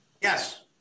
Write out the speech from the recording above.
Yes